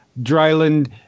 Dryland